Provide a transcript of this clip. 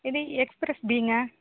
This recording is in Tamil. இது எக்ஸ்ப்ரஸ் பீங்க